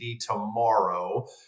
tomorrow